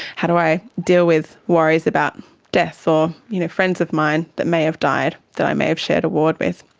how do i deal with worries about death or you know friends of mine that may have died that i may have shared a ward with?